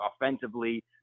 offensively